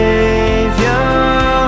Savior